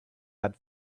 that